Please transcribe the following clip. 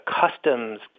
customs